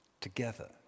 together